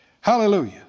Hallelujah